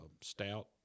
stout